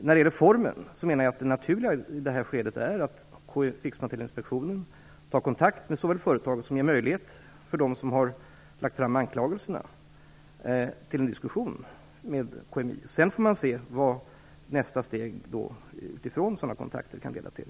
När det gäller formen menar jag att det naturliga i detta skede är att Krigsmaterielinspektionen tar kontakt med företaget, som ger dem som har lagt fram anklagelserna möjlighet till en diskussion med KMI. Utifrån sådana kontakter får man se vad nästa steg kan leda till.